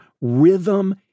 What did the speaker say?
rhythm